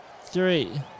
three